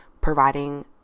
providing